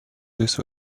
this